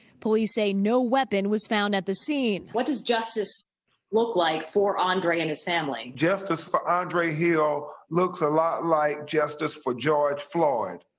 police say no weapon was found at the scene what does justice look like for andre and his family justice for andre hill looks a lot like justice for george floyd.